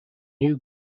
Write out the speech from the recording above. new